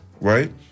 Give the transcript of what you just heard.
Right